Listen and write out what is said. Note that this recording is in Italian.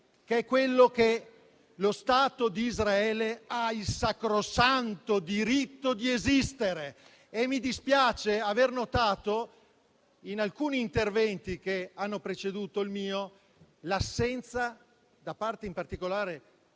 che è quello che lo Stato di Israele ha il sacrosanto diritto di esistere e mi dispiace aver notato in alcuni interventi che hanno preceduto il mio l'assenza, in particolare